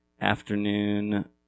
afternoon